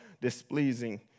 displeasing